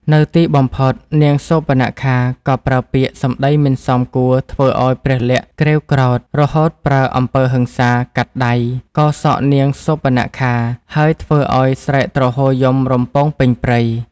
នៅទីបំផុត នាងសូរបនខាក៏ប្រើពាក្យ សំដីមិនសមគួរធ្វើឱ្យ ព្រះលក្សណ៍ក្រេវក្រោធ រហូតប្រើអំពើហិង្សា កាត់ដៃ កោរសក់នាងសួរបនខា ហើយធ្វើអោយស្រែកទ្រហោយំរំពងពេញព្រៃ។